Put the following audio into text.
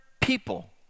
people